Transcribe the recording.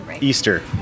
Easter